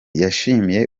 yashimiye